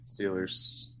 Steelers